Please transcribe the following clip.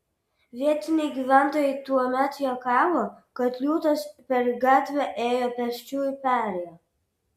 vietiniai gyventojai tuomet juokavo kad liūtas per gatvę ėjo pėsčiųjų perėja